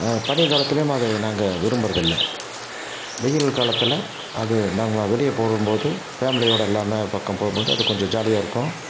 பனி காலத்துலேயும் அதை நாங்கள் விரும்புறதில்லை வெயில் காலத்தில் அது நாங்களா வெளியே போகும் போது ஃபேமிலியோடய எல்லாம் பக்கம் போகும் போது அது கொஞ்சம் ஜாலியாக இருக்கும்